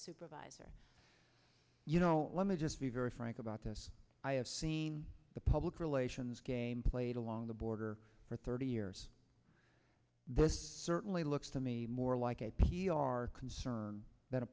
supervisor you know let me just be very frank about this i have seen the public relations game played along the border for thirty years this certainly looks to me more like a p r concern that a